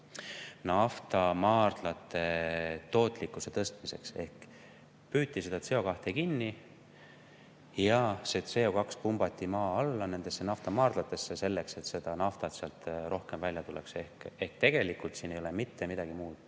naftamaardlate tootlikkuse tõstmiseks. Püüti see CO2kinni ja see CO2pumbati maa alla nendesse naftamaardlatesse, selleks et naftat sealt rohkem välja tuleks. Tegelikult siin ei ole mitte midagi muud